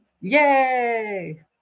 yay